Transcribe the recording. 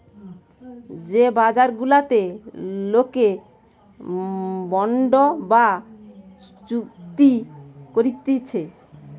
যে বাজার গুলাতে লোকে বন্ড বা চুক্তি বেচতিছে